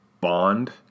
bond